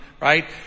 right